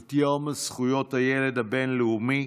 את יום זכויות הילד הבין-לאומי,